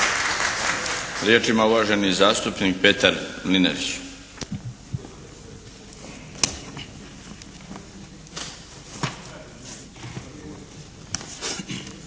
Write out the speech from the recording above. Riječ ima uvaženi zastupnik Petar Mlinarić.